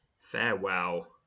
farewell